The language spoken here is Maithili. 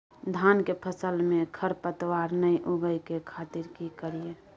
धान के फसल में खरपतवार नय उगय के खातिर की करियै?